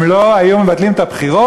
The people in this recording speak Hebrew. הם לא היו מבטלים את הבחירות,